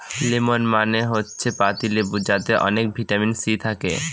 lemon মানে হচ্ছে পাতি লেবু যাতে অনেক ভিটামিন সি থাকে